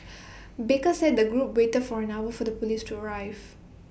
baker said the group waited for an hour for the Police to arrive